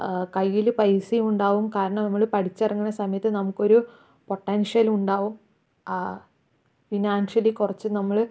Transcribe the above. കയ്യില് പൈസയും ഉണ്ടാകും കാരണം നമ്മള് പഠിച്ചിറങ്ങുന്ന സമയത്ത് നമുക്ക് ഒരു പൊട്ടൻഷ്യൽ ഉണ്ടാകും ഫിനാൻഷ്യലി കുറച്ച് നമ്മള്